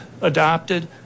adopted